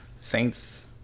Saints